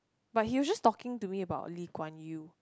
but he was just talking to me about Lee-Kuan-Yew